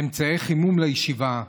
אמצעי חימום לישיבה.